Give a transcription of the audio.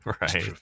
Right